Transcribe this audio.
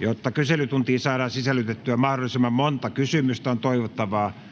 Jotta kyselytuntiin saadaan sisällytettyä mahdollisimman monta kysymystä, on toivottavaa,